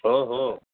ओ हो